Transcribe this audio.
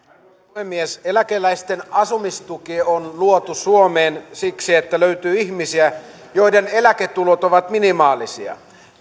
puhemies eläkeläisten asumistuki on luotu suomeen siksi että löytyy ihmisiä joiden eläketulot ovat minimaalisia